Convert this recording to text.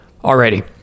Alrighty